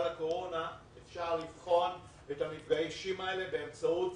הקורונה אפשר לבחון את המפגשים האלה באמצעות